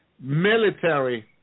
military